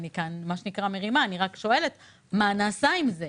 אני רק שואלת מה נעשה איתה.